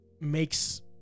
makes